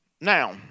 Now